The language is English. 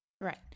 Right